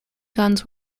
guns